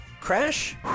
Crash